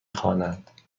خوانند